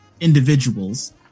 individuals